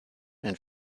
and